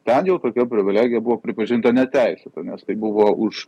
ten jau tokia privilegija buvo pripažinta neteisėta nes tai buvo už